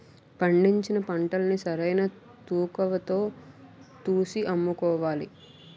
పండించిన పంటల్ని సరైన తూకవతో తూసి అమ్ముకోవాలి